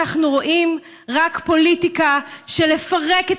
אנחנו רואים רק פוליטיקה של לפרק את